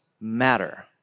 matter